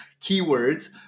keywords